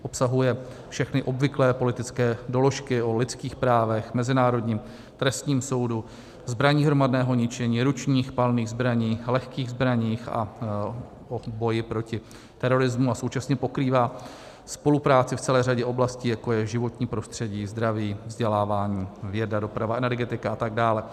Obsahuje všechny obvyklé politické doložky o lidských právech, Mezinárodním trestním soudu, zbraních hromadného ničení, ručních palných zbraních, lehkých zbraních a o boji proti terorismu a současně pokrývá spolupráci v celé řadě oblastí, jako je životní prostředí, zdraví, vzdělávání, věda, doprava, energetika a tak dále.